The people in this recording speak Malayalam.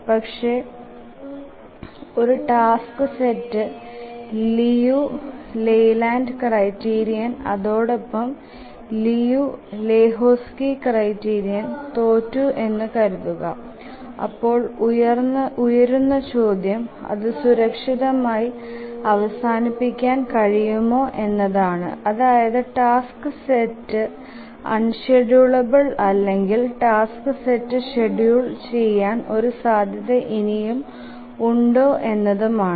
പക്ഷെ ഒരു task set Liu Layland criterion അതോടൊപ്പം ലിയു ലഹോക്സ്ക്യ് ക്രൈറ്റീരിയൻ തോറ്റു എന്നു കരുതുക അപ്പോൾ ഉയർന്ന ചോദ്യം അതു സുരക്ഷിതം ആയി അവസാനിപ്പിക്കാൻ കഴയുമോ എന്നതാണ് അതായത് ടാസ്ക് സെറ്റ് അൺഷ്ഡ്യൂളബിൽഉം അല്ലെകിൽ ടാസ്ക് സെറ്റ് ഷ്ഡ്യൂൽ ചെയാൻ ഒരു സാധ്യത ഇനിയും ഉണ്ടോ എന്നതും ആണ്